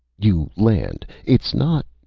you land. it's not.